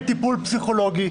בין טיפול פסיכולוגי